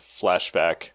flashback